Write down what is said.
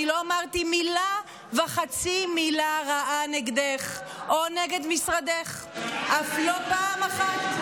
אני לא אמרתי מילה וחצי מילה רעה נגדך או נגד משרדך אף לא פעם אחת.